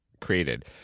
created